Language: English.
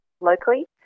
locally